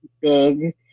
big